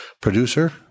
producer